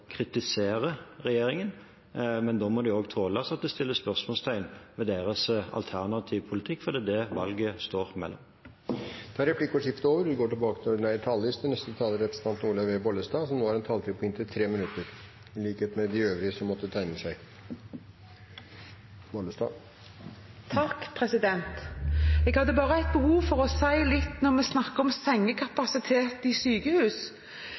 kritisere regjeringen. Men da må de også tåle at det settes spørsmålstegn ved deres alternative politikk, for det er det valget står mellom. Replikkordskiftet er over. De talere som heretter får ordet, har en taletid på inntil 3 minutter. Jeg hadde bare et behov for å si litt når vi snakker om sengekapasitet i sykehus som blir nedbygd, og da snakker vi om barn og unge. Helsekomiteen var i Stavanger for